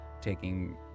taking